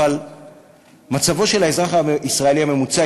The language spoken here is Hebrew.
אבל מצבו של האזרח הישראלי הממוצע,